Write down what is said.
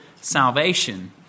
salvation